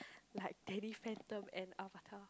like Danny-Phantom and Avatar